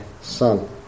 son